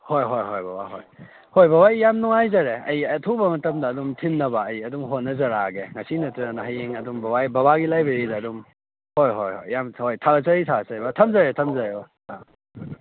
ꯍꯣꯏ ꯍꯣꯏ ꯍꯣꯏ ꯕꯕꯥ ꯍꯣꯏ ꯍꯣꯏ ꯕꯕꯥ ꯌꯥꯝ ꯅꯨꯉꯥꯏꯖꯔꯦ ꯑꯩ ꯑꯊꯨꯕ ꯃꯇꯝꯗ ꯑꯗꯨꯝ ꯊꯤꯟꯅꯕ ꯑꯩ ꯑꯗꯨꯝ ꯍꯣꯠꯅꯖꯔꯛꯑꯒꯦ ꯉꯁꯤ ꯅꯠꯇ꯭ꯔꯒꯅ ꯍꯌꯦꯡ ꯑꯗꯨꯝ ꯕꯕꯥꯏ ꯕꯕꯥꯒꯤ ꯂꯥꯏꯕ꯭ꯔꯦꯔꯤꯗ ꯑꯗꯨꯝ ꯍꯣꯏ ꯍꯣꯏ ꯍꯣꯏ ꯌꯥꯝ ꯍꯣꯏ ꯊꯥꯖꯩ ꯊꯥꯖꯩ ꯕꯕꯥ ꯊꯝꯖꯔꯦ ꯊꯝꯖꯔꯦ